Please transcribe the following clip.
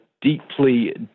deeply